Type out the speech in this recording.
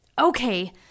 Okay